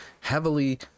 heavily